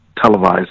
televised